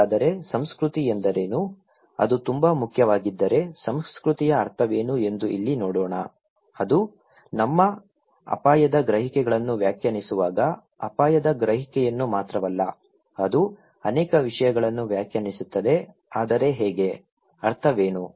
ಹಾಗಾದರೆ ಸಂಸ್ಕೃತಿ ಎಂದರೇನು ಅದು ತುಂಬಾ ಮುಖ್ಯವಾಗಿದ್ದರೆ ಸಂಸ್ಕೃತಿಯ ಅರ್ಥವೇನು ಎಂದು ಇಲ್ಲಿ ನೋಡೋಣ ಅದು ನಮ್ಮ ಅಪಾಯದ ಗ್ರಹಿಕೆಗಳನ್ನು ವ್ಯಾಖ್ಯಾನಿಸುವಾಗ ಅಪಾಯದ ಗ್ರಹಿಕೆಯನ್ನು ಮಾತ್ರವಲ್ಲ ಅದು ಅನೇಕ ವಿಷಯಗಳನ್ನು ವ್ಯಾಖ್ಯಾನಿಸುತ್ತದೆ ಆದರೆ ಹೇಗೆ ಅರ್ಥವೇನು